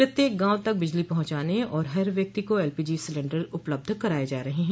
प्रत्येक गांव तक बिजली पहुंचाने और हर व्यक्ति को एलपीजी सिलेन्डर उपलब्ध कराये जा रहे हैं